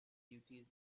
duties